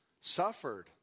suffered